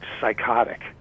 psychotic